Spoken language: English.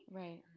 right